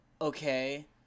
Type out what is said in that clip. okay